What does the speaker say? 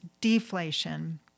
deflation